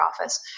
office